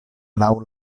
laŭ